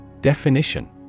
Definition